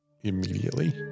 immediately